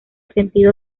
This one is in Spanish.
sentido